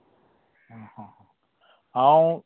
आं हां हां हांव